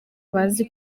bazi